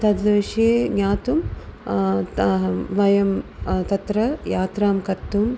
तद्विषये ज्ञातुं ताः वयं तत्र यात्रां कर्तुम्